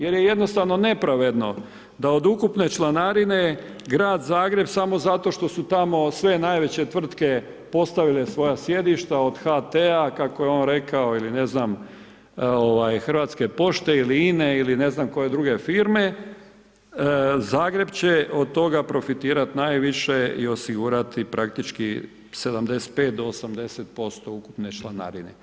Jer je jednostavno nepravedno da od ukupne članarine grad Zagreb samo zato što su tamo sve najveće tvrtke postavile svoja sjedišta od HT-a kako je on rekao ili ne znam Hrvatske pošte ili INA-e ili ne znam koje druge firme, Zagreb će od toga profitirati najviše i osigurati praktički 75 do 80% ukupne članarine.